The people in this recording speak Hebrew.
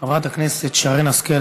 חברת הכנסת שרן השכל,